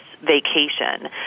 vacation